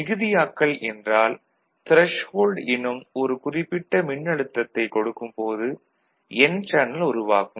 மிகுதியாக்கல் என்றால் த்ரெஷ்ஹோல்டு எனும் ஒரு குறிப்பிட்ட மின்னழுத்தத்தைக் கொடுக்கும்போது என் சேனல் உருவாகும்